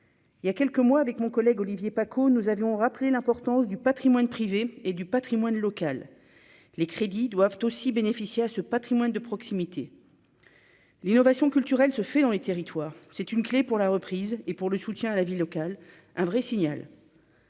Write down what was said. il y a quelques mois, avec mon collègue Olivier Paccaud nous avions rappelé l'importance du Patrimoine privé et du Patrimoine local, les crédits doivent aussi bénéficier à ce Patrimoine de proximité, l'innovation culturelle se fait dans les territoires, c'est une clé pour la reprise et pour le soutien à la vie locale, un vrai signal.